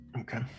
Okay